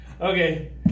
Okay